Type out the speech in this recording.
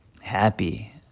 happy